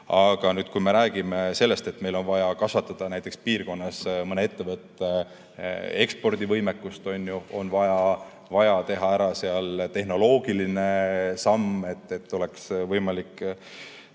Aga kui me räägime sellest, et meil on vaja kasvatada näiteks piirkonnas mõne ettevõtte ekspordivõimekust, on vaja teha ära tehnoloogiline samm, et oleks võimalik